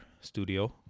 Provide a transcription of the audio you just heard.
studio